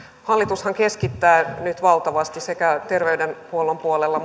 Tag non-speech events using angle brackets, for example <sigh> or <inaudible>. hallitushan keskittää nyt valtavasti sekä ter veydenhuollon puolella <unintelligible>